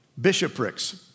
Bishoprics